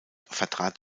vertrat